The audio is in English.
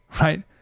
right